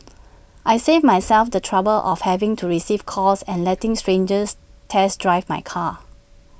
I saved myself the trouble of having to receive calls and letting strangers test drive my car